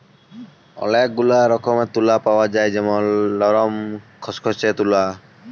ওলেক গুলা রকমের তুলা পাওয়া যায় যেমল লরম, খসখসে তুলা